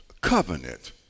covenant